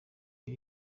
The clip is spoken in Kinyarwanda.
iri